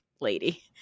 lady